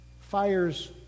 Fires